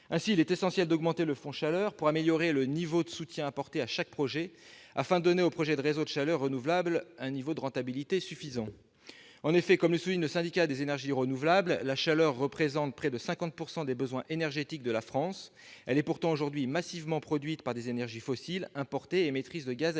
Ainsi, il est essentiel d'augmenter le montant du Fonds chaleur pour améliorer le niveau de soutien apporté à chaque projet, afin de donner aux projets de réseau de chaleur renouvelable un niveau de rentabilité suffisant. En effet, comme le souligne le Syndicat des énergies renouvelables, la chaleur représente près de 50 % des besoins énergétiques de la France ; elle est pourtant aujourd'hui massivement produite par des énergies fossiles importées et émettrices de gaz à effet de serre.